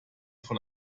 von